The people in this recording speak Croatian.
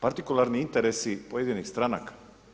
Partikularni interesi pojedinih stranaka.